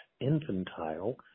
infantile